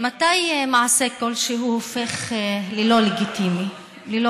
מתנחל שורף עצי זית בני מאות שנים,